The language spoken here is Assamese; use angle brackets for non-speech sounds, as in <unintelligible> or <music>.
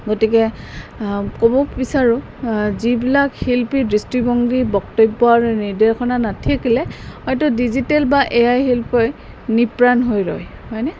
গতিকে ক'ব বিচাৰোঁ যিবিলাক শিল্পী দৃষ্টিভংগী বক্তব্য আৰু নিৰ্দেশনা নাথাকিলে হয়তো ডিজিটেল বা এ আই শিল্পই <unintelligible> হৈ ৰয় হয়নে